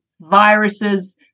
viruses